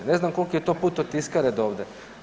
Ne znam koliki je to put od tiskare do ovde.